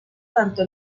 tanto